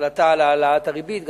ההחלטה על העלאת הריבית,